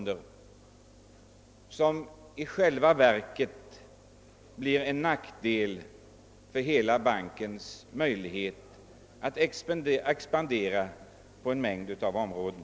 Det blir i själva verket en nackdel för banken när det gäller att expandera på en mängd områden.